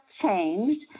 changed